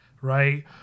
Right